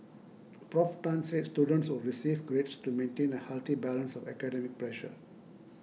Prof Tan said students would still receive grades to maintain a healthy balance of academic pressure